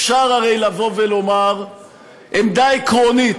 אפשר הרי לבוא ולומר עמדה עקרונית,